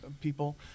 people